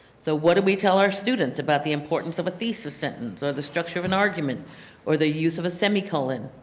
so what do we tell our students about the importance of a thesis sentence or the structure of an argument or the use of a semicolon?